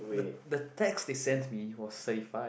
the the text they sent to me was thirty five